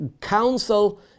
council